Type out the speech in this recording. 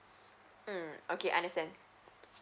mm okay understand